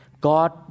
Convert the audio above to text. God